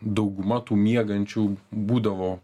dauguma tų miegančių būdavo